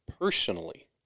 personally